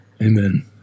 Amen